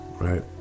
right